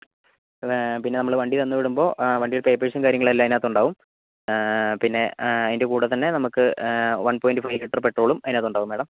പിന്നെ നമ്മൾ വണ്ടി തന്നുവിടുമ്പോൾ വണ്ടിയുടെ പേപ്പഴ്സും കാര്യങ്ങളും അതിനകത്ത് ഉണ്ടാവും പിന്നെ അതിൻ്റെ കൂടെതന്നെ നമുക്ക് വൺ പോയിൻ്റ് ഫൈവ് ലിറ്റർ പെട്രോളും അതിനകത്ത് ഉണ്ടാവും മാഡം